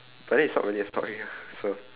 but then it's not really a story ah so